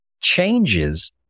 changes